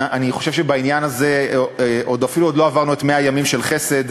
ואני חושב שבעניין הזה אפילו עוד לא עברנו את 100 הימים של חסד,